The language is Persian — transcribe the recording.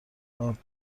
ارد